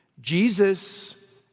Jesus